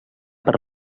per